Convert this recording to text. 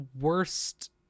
worst